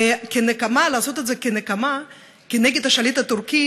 ולעשות את זה כנקמה כנגד השליט הטורקי,